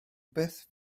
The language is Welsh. beth